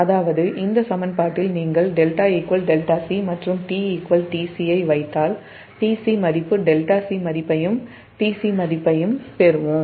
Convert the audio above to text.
அதாவது இந்த சமன்பாட்டில் நீங்கள் 𝜹 𝜹c மற்றும் t tc ஐ வைத்தால் tc மதிப்பு 𝜹c மதிப்பையும் tc மதிப்பையும் பெறுவோம்